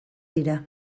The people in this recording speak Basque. dira